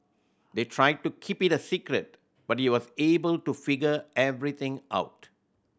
they tried to keep it a secret but he was able to figure everything out